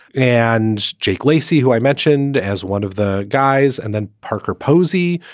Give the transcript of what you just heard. and jake lacy, who i mentioned as one of the guys, and then parker posey,